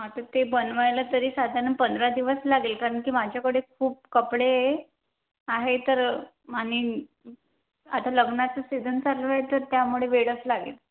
हा तर ते बनवायला तरी साधारण पंधरा दिवस लागेल कारण की माझ्याकडे खूप कपडे आहे तर आणि आता लग्नाचं सीझन चालू आहे तर त्यामुळे वेळच लागेल